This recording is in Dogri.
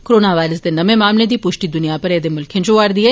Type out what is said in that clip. कोरोना वायरस दे नमें मामलें दी प्ष्टी द्निया भरै दे मुल्खें च होआ रदी ऐ